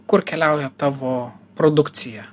kur keliauja tavo produkcija